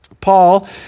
Paul